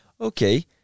okay